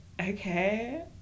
Okay